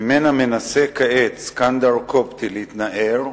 שממנה מנסה כעת סכנדר קובטי להתנער,